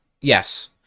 yes